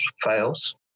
fails